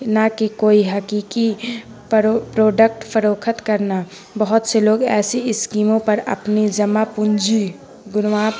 نہ کہ کوئی حقیقی پرو پروڈکٹ فروخت کرنا بہت سے لوگ ایسی اسکیموں پر اپنی جمع پونجی گنوا